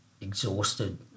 exhausted